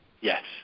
Yes